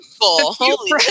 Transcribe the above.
Holy